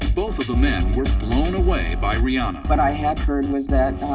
and both of the men were blown away by rihanna. what i had heard was that